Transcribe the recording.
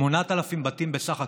8,000 בתים בסך הכול,